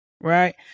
right